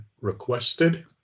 requested